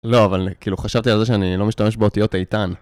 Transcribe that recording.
לא, אבל, כאילו, חשבתי על זה שאני לא משתמש באותיות איתן.